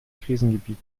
krisengebiet